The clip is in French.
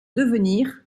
devenir